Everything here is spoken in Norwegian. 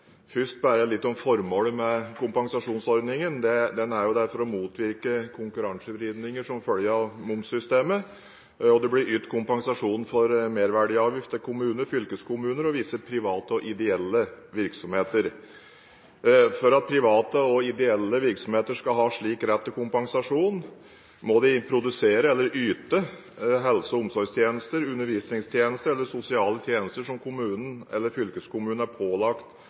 Først bare litt om formålet med kompensasjonsordningen. Den er der for å motvirke konkurransevridninger som følge av momssystemet. Det blir ytt kompensasjon for merverdiavgift til kommuner, fylkeskommuner og visse private og ideelle virksomheter. For at private eller ideelle virksomheter skal ha rett til slik kompensasjon, må de produsere helse- og omsorgstjenester, undervisningstjenester eller sosiale tjenester som kommunen eller fylkeskommunen er pålagt